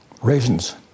raisins